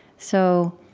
so,